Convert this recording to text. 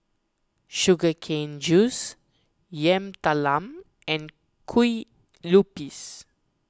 Sugar Cane Juice Yam Talam and Kue Lupis